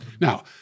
Now